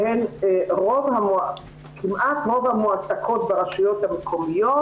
שהן רוב המועסקות ברשויות המקומיות,